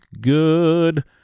good